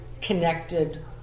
connected